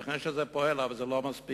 ייתכן שזה פועל, אבל זה לא מספיק.